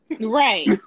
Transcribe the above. right